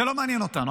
זה לא מעניין אותנו.